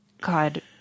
god